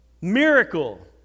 Miracle